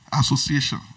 association